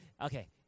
okay